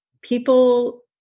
people